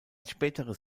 späteres